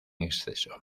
exceso